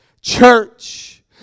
church